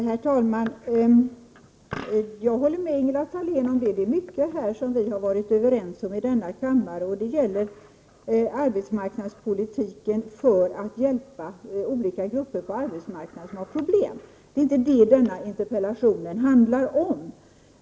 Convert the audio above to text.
Herr talman! Jag håller med Ingela Thalén om att det är mycket som vi har varit överens om i denna kammare. Det gäller arbetsmarknadspolitiken för att hjälpa olika grupper på arbetsmarknaden som har problem. Det är inte det min interpellation handlar om.